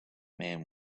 man